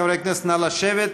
חברי הכנסת, נא לשבת.